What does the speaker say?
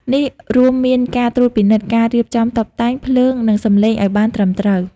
នេះរួមមានការ ត្រួតពិនិត្យការរៀបចំតុបតែង ភ្លើង និងសំឡេងឱ្យបានត្រឹមត្រូវ។